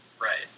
Right